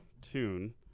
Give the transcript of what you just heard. tune